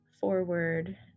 forward